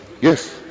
Yes